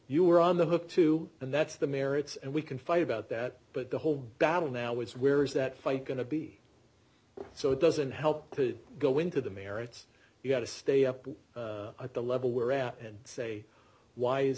you were on the hook too and that's the merits and we can fight about that but the whole battle now is where is that fight going to be so it doesn't help to go into the merits you got to stay up to the level we're at and say why is